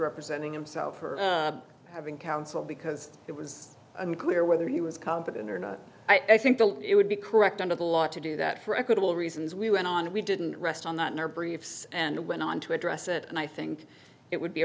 representing himself or having counsel because it was unclear whether he was competent or not i think it would be correct under the law to do that for equitable reasons we went on we didn't rest on that nor briefs and went on to address it and i think it would be